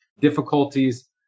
difficulties